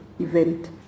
event